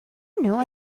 knew